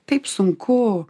taip sunku